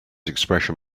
expression